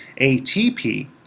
ATP